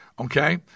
okay